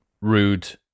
rude